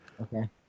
Okay